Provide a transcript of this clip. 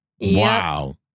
Wow